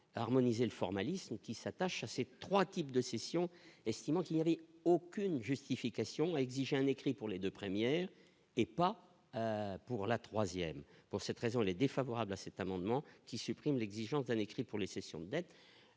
harmoniser le formalisme qui s'attache à ses 3 types de scission, estimant qu'il n'y avait aucune justification, a exigé un écrit pour les 2 premières et pas pour la 3ème, pour cette raison, est défavorable à cet amendement qui supprime l'exigence d'un écrit pour les cessions sur le